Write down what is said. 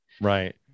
Right